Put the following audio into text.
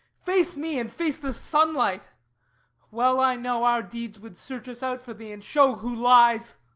face me and face the sunlight well i know, our deeds would search us out for thee, and show who lies!